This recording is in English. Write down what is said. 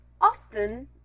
Often